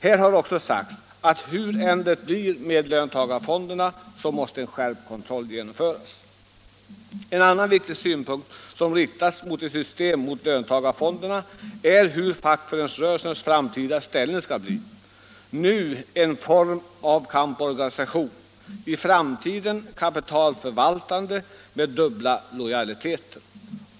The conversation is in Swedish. Här har sagts att hur det än blir med löntagarfonderna måste en skärpt kontroll genomföras. En annan viktig synpunkt som anförts mot ett system med löntagarfonder är hur fackföreningsrörelsens framtida ställning skall bli — nu en form av kamporganisation, i framtiden kapitalförvaltande med dubbla lojaliteter.